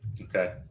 Okay